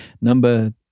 Number